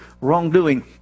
wrongdoing